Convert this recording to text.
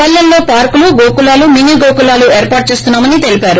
పల్లెల్లో పార్కులు గోకులాలు మినీ గోకులాలు ఏర్పాటు చేస్తున్నామని తెలిపారు